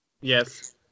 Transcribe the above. Yes